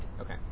okay